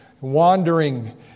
wandering